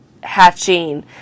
hatching